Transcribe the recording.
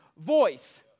voice